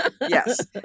Yes